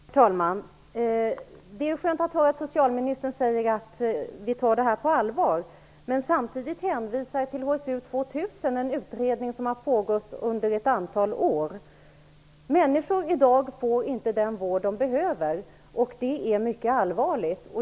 Herr talman! Det är skönt att höra socialministern säga att hon tar det här på allvar. Samtidigt hänvisar hon till HSU 2000. Det är en utredning som har pågått under ett antal år. Människor i dag får inte den vård som de behöver. Det är mycket allvarligt.